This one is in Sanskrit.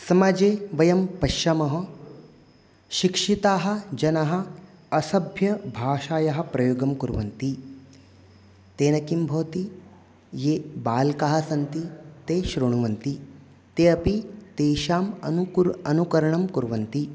समाजे वयं पश्यामः शिक्षिताः जनाः असभ्यभाषायाः प्रयोगं कुर्वन्ति तेन किं भवति ये बालकाः सन्ति ते श्रुण्वन्ति ते अपि तेषाम् अनुकु अनुकरणं कुर्वन्ति